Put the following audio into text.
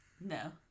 no